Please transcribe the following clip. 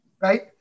right